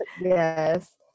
yes